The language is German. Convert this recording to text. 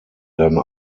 dann